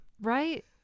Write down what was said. Right